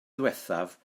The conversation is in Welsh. ddiwethaf